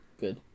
good